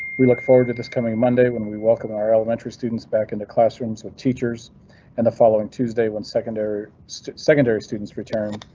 we look forward to this coming monday when we welcome our elementary students back into classrooms with teachers and the following tuesday when secondary secondary students return